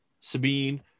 Sabine